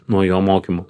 nuo jo mokymų